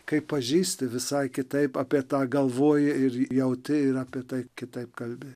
kai pažįsti visai kitaip apie tą galvoji ir jauti ir apie tai kitaip kalbi